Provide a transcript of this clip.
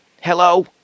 Hello